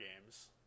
games